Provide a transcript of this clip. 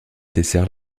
dessert